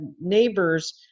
neighbors